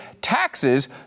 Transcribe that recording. taxes